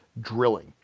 drilling